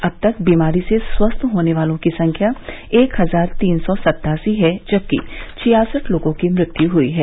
अब तक बीमारी से स्वस्थ होने वालों की संख्या एक हजार तीन सौ सत्तासी है जबकि छियासठ लोगों की मृत्यु हुई है